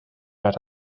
nad